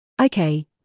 Okay